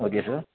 okay sir